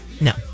No